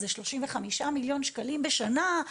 אז זה שלושים וחמישה מיליון שקלים בשנה,